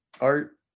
art